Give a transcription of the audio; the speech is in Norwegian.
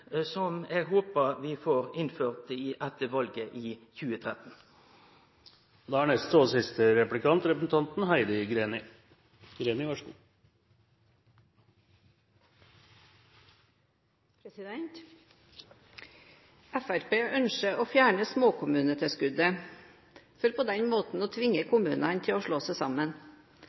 som eg håpar vi får innført etter valet i 2013. Fremskrittspartiet ønsker å fjerne småkommunetilskuddet for på den måten å tvinge kommunene til å slå seg sammen.